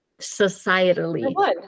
societally